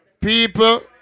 people